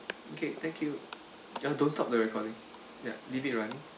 okay thank you ya don't stop the recording ya leave it run